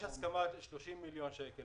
30 מיליון שקל,